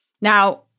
Now